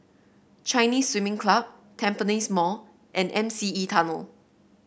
Chinese Swimming Club Tampines Mall and M C E Tunnel